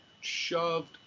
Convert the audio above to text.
shoved